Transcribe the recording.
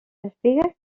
espigues